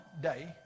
day